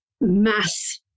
mass